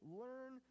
learn